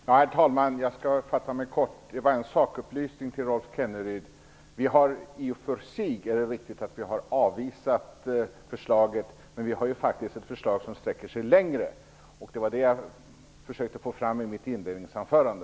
Herr talman! Jag skall fatta mig kort. Jag har bara en sakupplysning till Rolf Kenneryd. Det är i och för sig riktigt att vi har avvisat förslaget, men vi har faktiskt ett förslag som sträcker sig längre. Det var det jag försökte få fram i mitt inledningsanförande.